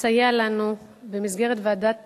לסייע לנו במסגרת ועדת